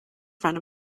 front